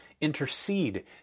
intercede